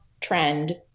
trend